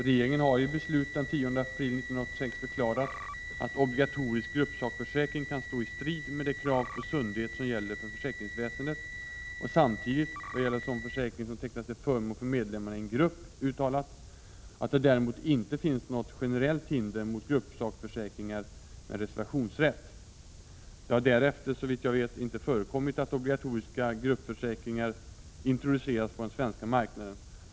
Regeringen har i beslut den 10 april 1986 förklarat att obligatorisk gruppsakförsäkring kan stå i strid med det krav på sundhet som gäller för försäkringsväsendet och samtidigt, vad gäller sådan försäkring som tecknas till förmån för medlemmarna i en grupp, uttalat att det däremot inte finns något generellt hinder mot gruppsakförsäkringar med reservationsrätt. Det har därefter, såvitt jag vet, inte förekommit att obligatoriska gruppsakförsäkringar introducerats på den svenska marknaden.